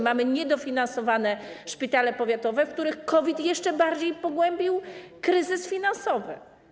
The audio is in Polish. Mamy niedofinansowane szpitale powiatowe, w których COVID jeszcze bardziej pogłębił kryzys finansowy.